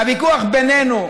הוויכוח בינינו,